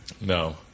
No